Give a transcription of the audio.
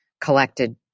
collected